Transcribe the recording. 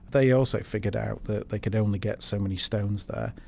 they also figured out that they could only get so many stones there.